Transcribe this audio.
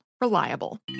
Reliable